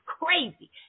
crazy